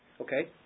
Okay